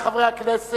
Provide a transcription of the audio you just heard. רבותי חברי הכנסת,